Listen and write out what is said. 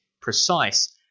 precise